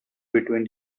between